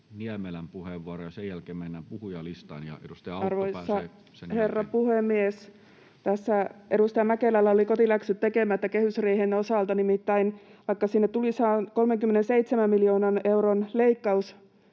ja edustaja Autto pääsee sen jälkeen. Arvoisa herra puhemies! Tässä edustaja Mäkelällä oli kotiläksyt tekemättä kehysriihen osalta, nimittäin vaikka sinne tuli 137 miljoonan euron leikkaus